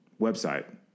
website